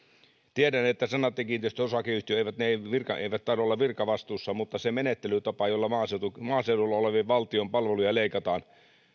tiedän että senaatti kiinteistöt osakeyhtiön virkamiehet eivät taida olla virkavastuussa mutta se menettelytapa jolla maaseudulla maaseudulla olevia valtion palveluja leikataan